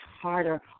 harder